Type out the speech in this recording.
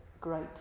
great